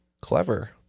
clever